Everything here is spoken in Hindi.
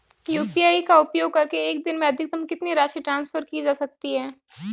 यू.पी.आई का उपयोग करके एक दिन में अधिकतम कितनी राशि ट्रांसफर की जा सकती है?